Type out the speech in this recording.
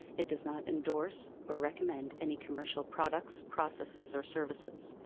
it does not endorse or recommend any commercial products, processes or services.